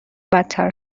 بدتر